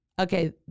Okay